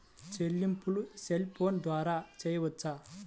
చెల్లింపులు cell phone ద్వారా చేయవచ్చా?